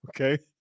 Okay